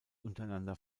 untereinander